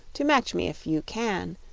to match me if you can.